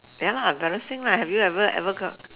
ya lah embarrassing lah have you ever ever got